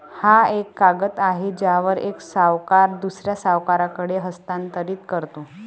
हा एक कागद आहे ज्यावर एक सावकार दुसऱ्या सावकाराकडे हस्तांतरित करतो